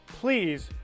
Please